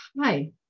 Hi